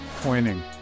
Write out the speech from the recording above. pointing